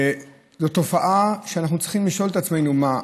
וזו תופעה שאנחנו צריכים לשאול את עצמנו: מה,